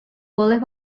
boleh